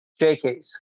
JK's